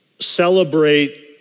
celebrate